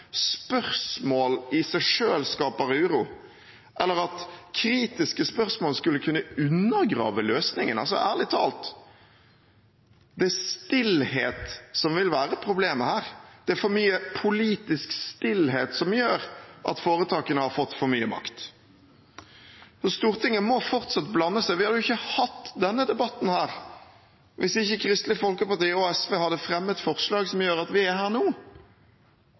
spørsmål i seg selv skaper uro, eller at kritiske spørsmål skulle kunne undergrave løsningen. Ærlig talt: Det er stillhet som ville vært problemet her, det er for mye politisk stillhet som gjør at foretakene har fått for mye makt. Stortinget må fortsatt blande seg inn. Vi hadde ikke hatt denne debatten hvis ikke Kristelig Folkeparti og SV hadde fremmet et forslag som gjør at vi er her nå.